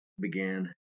began